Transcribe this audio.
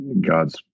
god's